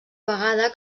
vegada